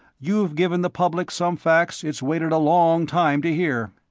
you've given the public some facts it's waited a long time to hear.